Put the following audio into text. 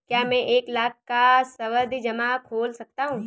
क्या मैं एक लाख का सावधि जमा खोल सकता हूँ?